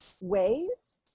ways